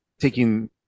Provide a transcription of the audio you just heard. taking